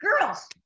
girls